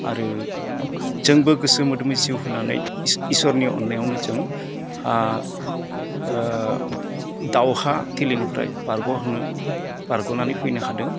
आरो जोंबो गोसो मोदोमै जिउ होन्नानै इसोरनि अन्नायावनो जों दावहा थिलिनिफ्राय बारग' बोनो बारगनानै फैनो हादों